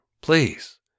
please